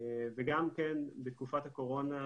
וגם בתקופת הקורונה,